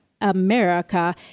America